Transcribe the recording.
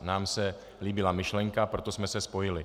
Nám se líbila myšlenka, proto jsme se spojili.